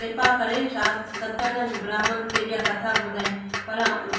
कृपा करे छा सत्यानंद ब्राह्मन खे इहा कथा ॿुधाई पर